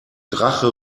drache